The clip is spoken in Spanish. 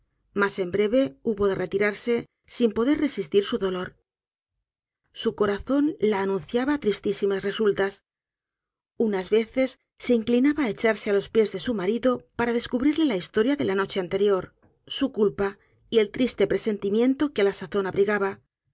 mas en breve hubo de retirarse sin poder resistir su dolor su corazón la anunciaba tristísimas resultas unas veces se inclinaba á echarse á los pies de su marido para descubrirle la historia de la noche anterior su culpa y el triste presentimiento que á la sazón abrigaba